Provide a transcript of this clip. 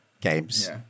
games